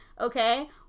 okay